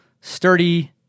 sturdy